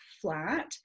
flat